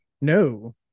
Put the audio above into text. No